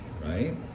right